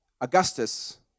Augustus